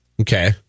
Okay